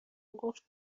گفت